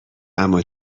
اما